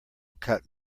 cut